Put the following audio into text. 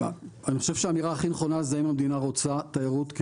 אני חושב שהאמירה הכי נכונה זה האם המדינה רוצה תיירות,